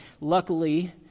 Luckily